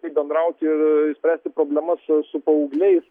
kaip bendrauti spręsti problemas su su paaugliais